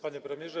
Panie Premierze!